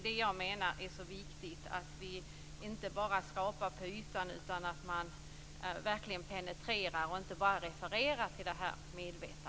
Det är viktigt att vi inte bara skrapar på ytan när det gäller rättsmedvetandet utan verkligen penetrerar denna fråga.